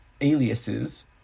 aliases